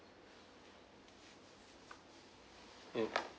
ya